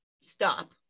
stop